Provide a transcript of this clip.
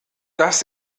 dass